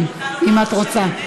אם את רוצה.